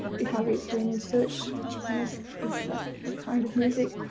if i weren't doing research on this this ah and kind of music,